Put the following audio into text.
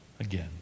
again